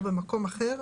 או במקום אחר,